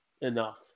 enough